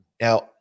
Now